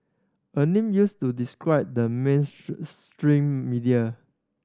a name used to describe the mains stream media